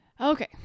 okay